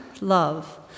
love